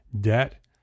debt